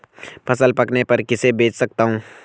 फसल पकने पर किसे बेच सकता हूँ?